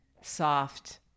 soft